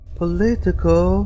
political